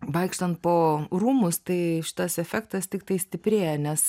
vaikštant po rūmus tai šitas efektas tiktai stiprėja nes